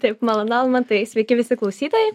taip malonu almantai sveiki visi klausytojai